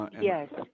Yes